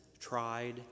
tried